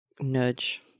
nudge